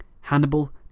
Hannibal